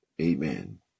amen